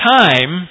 time